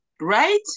Right